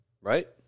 Right